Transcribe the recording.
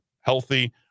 healthy